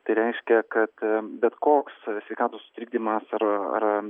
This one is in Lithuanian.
tai reiškia kad bet koks sveikatos sutrikdymas ar ar